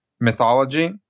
mythology